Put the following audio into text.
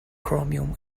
chromium